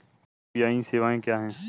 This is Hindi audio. यू.पी.आई सवायें क्या हैं?